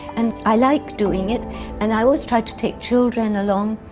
and i like doing it and i also try to take children along.